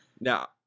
Now